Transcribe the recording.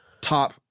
top